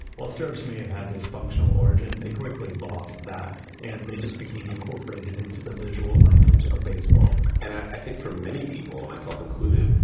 while stirrups may have had this functional origin, they currently lost that and they just became incorporated into the visual language of baseball and i think for many people, myself included,